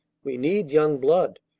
we need young blood.